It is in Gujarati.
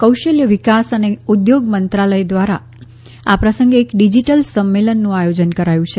કૌશલ્ય વિકાસ અને ઉદ્યોગ મંત્રાલય ઘ્વારા આ પ્રસંગે એક ડીજીટલ સંમેલનનું આયોજન કરાયું છે